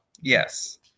yes